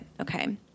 okay